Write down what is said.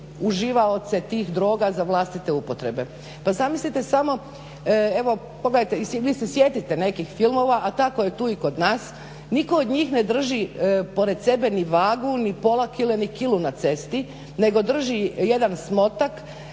uživaoce tih droga za vlastite upotrebe? Pa zamislite samo, evo pogledajte i vi se sjetite nekih filmova a tako je tu i kod nas, nitko od njih ne drži pored sebe ni vagu ni pola kg ni kilu na cesti nego drži jedan smotak,